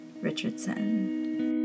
Richardson